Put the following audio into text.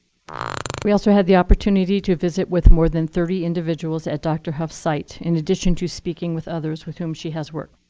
we also had the opportunity to visit with more than thirty individuals at dr. hough's site, in addition to speaking with others with whom she has worked.